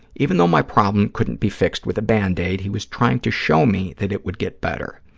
even though my problem couldn't be fixed with a band-aid, he was trying to show me that it would get better.